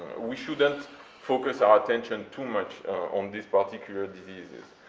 we shouldn't focus our attention too much on this particular disease.